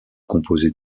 composé